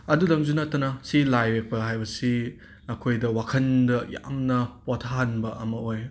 ꯑꯗꯨꯇꯪꯁꯨ ꯅꯠꯇꯅ ꯑꯁꯤ ꯂꯥꯏ ꯌꯦꯛꯄ ꯍꯥꯏꯕꯁꯤ ꯑꯩꯈꯣꯏꯗ ꯋꯥꯈꯟꯗ ꯌꯥꯝꯅ ꯄꯣꯊꯥꯍꯟꯕ ꯑꯃ ꯑꯣꯏꯌꯦ